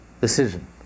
decision